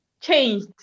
changed